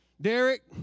Derek